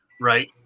right